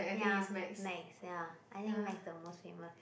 ya Max ya I think Max is the most famous